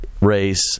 Race